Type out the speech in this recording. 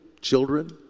children